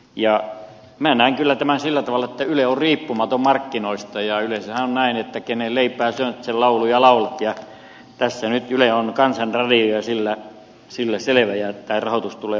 minä näen kyllä tämän sillä tavalla että yle on riippumaton markkinoista ja yleensähän on näin että kenen leipää syöt sen lauluja laulat ja tässä nyt yle on kansanradio ja sillä selvä ja tämä rahoitus tulee hoidettua tätä kautta